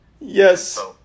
Yes